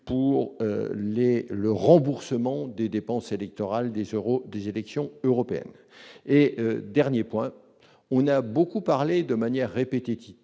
pour les le remboursement des dépenses électorales des euros, des élections européennes, et dernier point, on a beaucoup parlé de manière répétitive